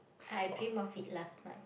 I dream of it last night